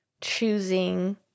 choosing